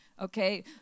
Okay